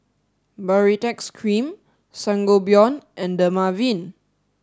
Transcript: Baritex Cream Sangobion and Dermaveen